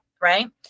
right